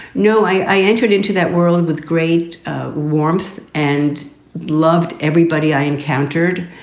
no, i entered into that world with great warmth and loved everybody i encountered.